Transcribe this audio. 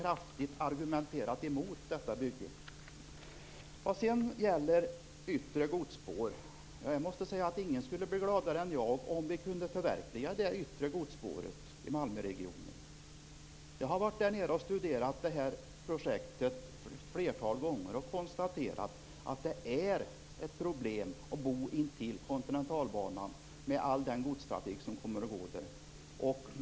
Ni har argumenterat så kraftigt emot detta bygge. Ingen skulle bli gladare än jag om vi kunde förverkliga det yttre godsspåret i Malmöregionen. Jag har varit där nere och studerat projektet ett flertal gånger. Jag har då kunnat konstatera att det är ett problem att bo intill kontinentalbanan med all den godstrafik som kommer att gå där.